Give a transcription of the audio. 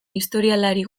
historialari